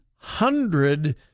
hundred